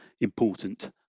important